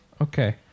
Okay